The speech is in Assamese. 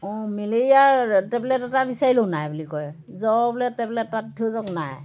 অঁ মেলেৰীয়াৰ টেবলেট এটা বিচাৰিলেও নাই বুলি কয় জ্বৰ বোলে টেবলেট এটা দি থৈ যাওক নাই